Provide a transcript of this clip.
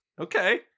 okay